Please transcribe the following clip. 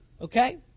Okay